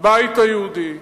הבית היהודי,